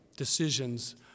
decisions